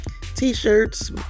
T-shirts